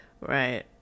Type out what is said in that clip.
Right